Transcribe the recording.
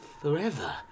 forever